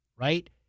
right